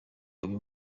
uyu